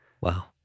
Wow